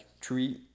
three